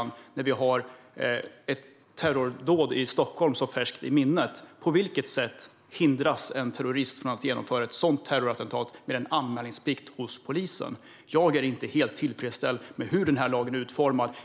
När vi har ett terrordåd i Stockholm så färskt i minnet undrar jag på vilket sätt en terrorist hindras från att genomföra ett sådant terrorattentat med en anmälningsplikt hos polisen. Jag är inte helt tillfredsställd med hur lagen är utformad.